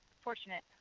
fortunate